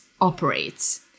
operates